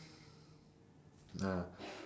ah